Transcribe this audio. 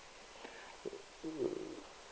mm